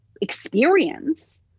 experience